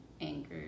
anger